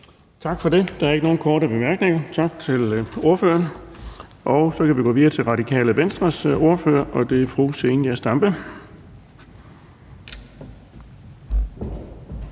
Tak for det. Der er ikke nogen korte bemærkninger, så vi siger tak til ordføreren. Vi kan gå videre til Radikale Venstres ordfører, og det er fru Christina